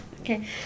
Okay